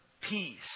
peace